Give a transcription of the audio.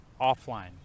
offline